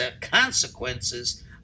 consequences